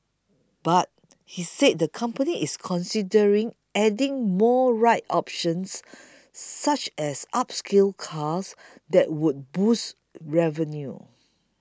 but he said the company is considering adding more ride options such as upscale cars that would boost revenue